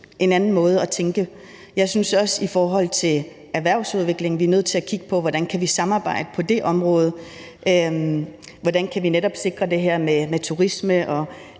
en anden måde at tænke. Jeg synes også i forhold til erhvervsudvikling, at vi er nødt til at kigge på, hvordan vi kan samarbejde på det område, og hvordan vi netop kan sikre det her med turisme og